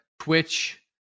Twitch